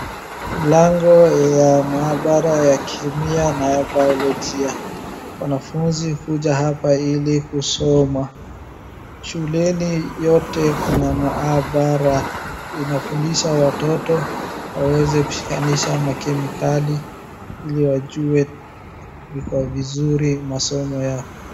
Mlango ya maabara ya kemia na ya biolojia, wanafunzi hukuja hapa ili kusoma. Shuleni yote kuna maabara inafundisha watoto waweze kushikanisha makemikali ili wajue kwa vizuri masomo yao.